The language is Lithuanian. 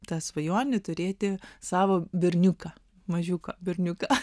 ta svajonė turėti savo berniuką mažiuką berniuką